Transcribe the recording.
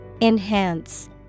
Enhance